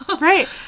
Right